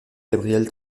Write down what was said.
gabriel